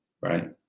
Right